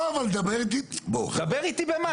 לא, אבל דבר איתי --- דבר איתי במה?